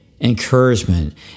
encouragement